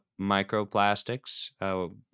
microplastics